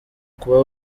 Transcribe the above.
kuba